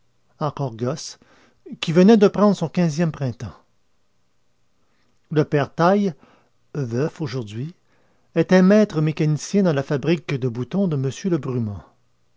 encore gosse qui venait de prendre son quinzième printemps le père taille veuf aujourd'hui était maître mécanicien dans la fabrique de boutons de m